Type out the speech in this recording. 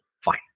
fine